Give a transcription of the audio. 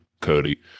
Cody